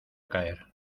caer